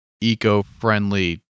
eco-friendly